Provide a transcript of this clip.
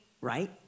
right